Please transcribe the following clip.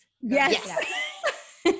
Yes